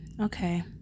Okay